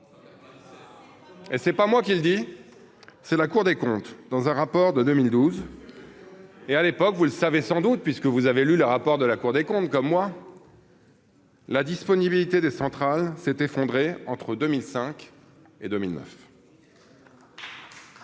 Et c'est pas moi qui le dis, c'est la Cour des comptes dans un rapport de 2012 et à l'époque, vous le savez sans doute, puisque vous avez lu le rapport de la Cour des comptes comme moi. La disponibilité des centrales s'est effondré entre 2005 et 2009.